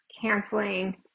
canceling